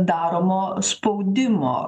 daromo spaudimo